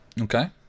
okay